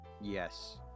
Yes